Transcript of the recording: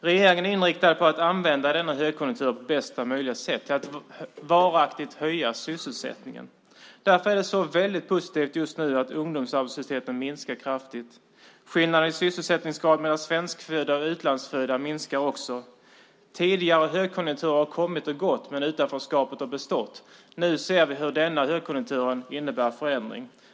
Regeringen är inriktad på att använda denna högkonjunktur på bästa möjliga sätt till att varaktigt höja sysselsättningen. Därför är det mycket positivt att ungdomsarbetslösheten just nu minskar kraftigt. Skillnaden i sysselsättningsgrad mellan svenskfödda och utlandsfödda minskar också. Tidigare högkonjunkturer har kommit och gått men utanförskapet har bestått. Nu ser vi hur denna högkonjunktur innebär förändring.